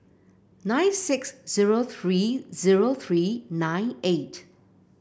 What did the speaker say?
nine six zero three zero three nine eight